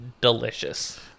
delicious